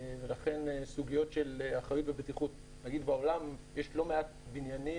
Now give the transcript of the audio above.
ולכן סוגיות של אחריות ובטיחות בעולם יש לא מעט בניינים